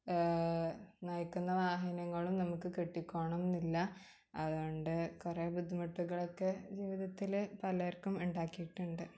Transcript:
നയിക്കുന്ന വാഹനങ്ങളും നമുക്ക് കിട്ടിക്കോണം എന്നില്ല അതുകൊണ്ട് കുറെ ബുദ്ധിമുട്ടുകളൊക്കെ ജീവിതത്തിൽ പലർക്കും ഉണ്ടാക്കിയിട്ടുണ്ട്